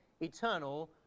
eternal